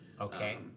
Okay